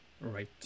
Right